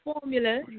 formula